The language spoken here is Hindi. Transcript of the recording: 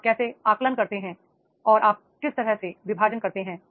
आप कैसे आकलन करते हैं और आप किस तरह से विभाजन करते हैं